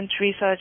research